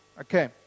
Okay